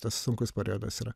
tas sunkus periodas yra